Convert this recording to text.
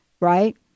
right